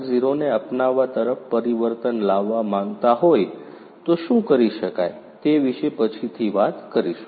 0 ને અપનાવવા તરફ પરિવર્તન લાવવા માંગતા હોય તો શું કરી શકાય તે વિશે પછીથી વાત કરીશું